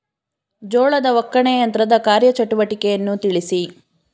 ಜೋಳದ ಒಕ್ಕಣೆ ಯಂತ್ರದ ಕಾರ್ಯ ಚಟುವಟಿಕೆಯನ್ನು ತಿಳಿಸಿ?